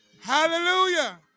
hallelujah